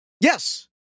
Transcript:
Yes